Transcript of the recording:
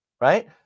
Right